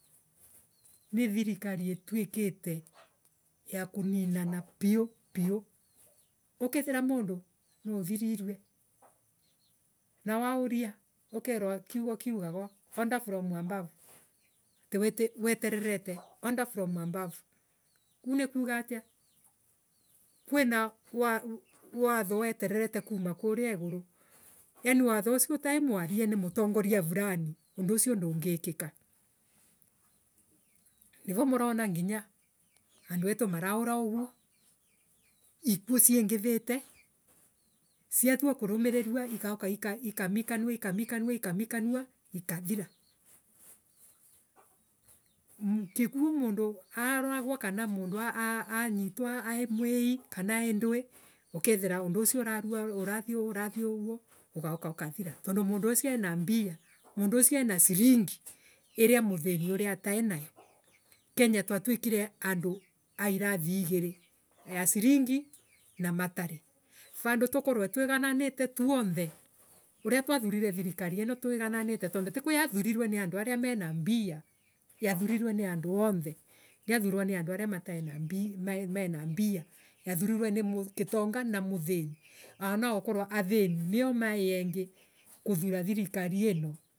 Ni thirikari itueketa ya kuninana piu piu. Ukethiira mundu nuuthirirue na wauria ukerwa kiugo kiugagwa ‘under from above’ atii wetererete’under from above’kuu ni kuuga atia kwina watho wetererete kuuma kuria iuru. Yaani watho ucio utai mwarie ni mutongoria vulani undu ucio ndungi kiika. Nivo murona nginya andu etu maraura uguo ikuo ciengi viite ciatua kurumiririrwa igauka ikamikanua ikamikanua ikathira. Gikuo mundu auragwa kana anitwa e mwili kana aendwi ukiithira undu ucio urathie uguo ugauka ukathira. Tondu mundu ucio ena mbia mundu ucio ena silingi iria muthinii atoenayo. Kenya twatuikire andua irathi igirii; ya silingi na matari. Vandu tukorwe twigananiite tuonthe. uria twathunire thirikari iino twigananite. Tondu tikwa yathurirwe ni andu aria maina mbia. yathurirwe ni andu onthe. Ndiathurwa ni andu aria mataina mbia,. Maiina mbia yathurirwe ni gitonga na muthini. Anookorwa athiri nio maii engi kuthura thirikari iino.